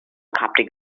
coptic